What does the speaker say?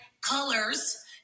colors